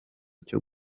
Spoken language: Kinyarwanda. cyo